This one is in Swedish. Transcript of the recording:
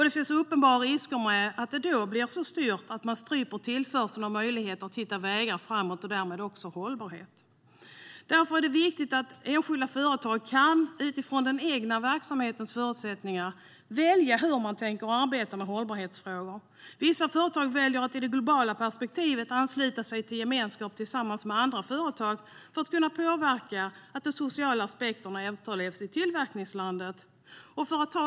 Det finns uppenbara risker för att det då blir så styrt att man stryper tillförseln av möjligheter att hitta vägar framåt och därmed också hållbarhet. Därför är det viktigt att det enskilda företaget utifrån den egna verksamhetens förutsättningar kan välja hur man tänker arbeta med hållbarhetsfrågor. Vissa företag väljer att i det globala perspektivet ansluta sig till en gemenskap tillsammans med andra företag för att kunna påverka att de sociala perspektiven efterlevs i tillverkningslandet.